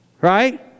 Right